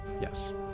Yes